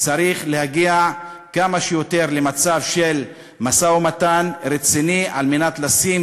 צריך להגיע כמה שיותר למצב של משא-ומתן רציני על מנת לשים